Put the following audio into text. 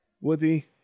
Woody